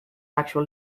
actual